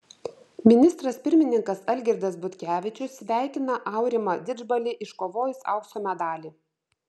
ministras pirmininkas algirdas butkevičius sveikina aurimą didžbalį iškovojus aukso medalį